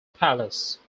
palace